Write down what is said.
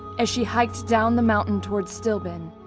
as she hiked down the mountain towards stillben,